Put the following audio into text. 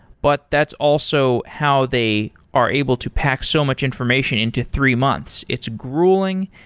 but that's also how they are able to pack so much information into three months. it's grueling.